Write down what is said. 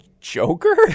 Joker